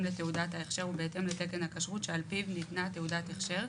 לתעודת ההכשר ובהתאם לתקן הכשרות שעל פיו ניתנה תעודת הכשר,